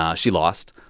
ah she lost.